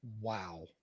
Wow